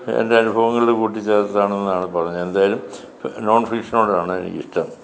എൻ്റെ അനുഭവങ്ങൾ കൂട്ടിച്ചേർത്താണ് എന്നാണ് പറഞ്ഞത് എന്തായാലും നോൺ ഫിക്ഷനോടാണ് എനിക്ക് ഇഷ്ടം